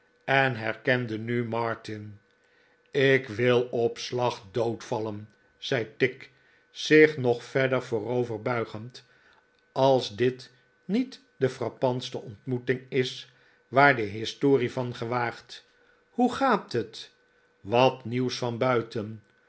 en herkende nu martin i ik wil op slag doodvallen zei tigg jizich nog verder voorover buigend als dit iniet de frappantste onjtmoeting is w aar de historie van gewaagt hoe gaat het wat hieuws van buiten